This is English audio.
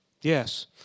Yes